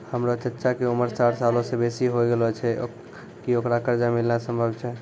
हमरो चच्चा के उमर साठ सालो से बेसी होय गेलो छै, कि ओकरा कर्जा मिलनाय सम्भव छै?